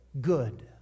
Good